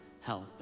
help